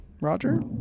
Roger